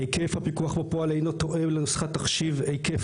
היקף הפיקוח בפועל אינו פועל לנוסחת תחשיב היקף